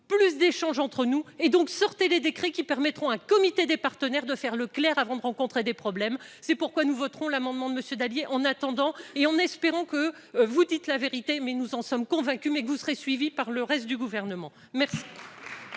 plus d'échanges entre nous et donc, sortez les décrets qui permettront un comité des partenaires de faire le clair avant de rencontrer des problèmes, c'est pourquoi nous voterons l'amendement de monsieur Dallier en attendant et en espérant que vous dites la vérité, mais nous en sommes convaincus mais que vous serez suivi par le reste du gouvernement, merci.